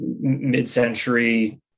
mid-century